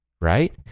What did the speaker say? right